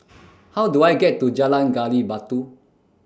How Do I get to Jalan Gali Batu